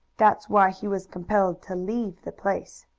that's why he was compelled to leave the place.